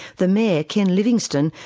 the mayor, ken livingstone,